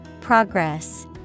Progress